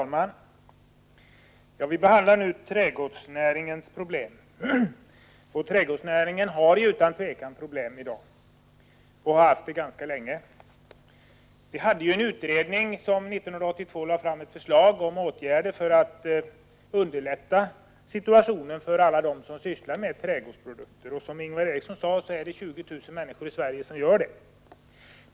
Herr talman! Vi behandlar nu trädgårdsnäringens problem, och trädgårdsnäringen har utan tvivel problem i dag. Den har haft det ganska länge. 1982 lade en utredning fram förslag om åtgärder för att underlätta situationen för alla dem som sysslar med trädgårdsprodukter. Som Ingvar Eriksson sade är det 20 000 människor i Sverige som gör det.